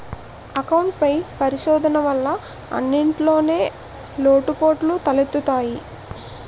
account పై పరిశోధన వల్ల అన్నింటిన్లో లోటుపాటులు తెలుత్తయి